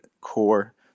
core